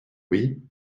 oui